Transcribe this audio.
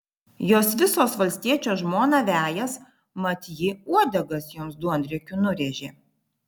jos visos valstiečio žmoną vejas mat ji uodegas joms duonriekiu nurėžė